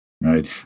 right